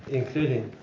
including